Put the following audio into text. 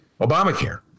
Obamacare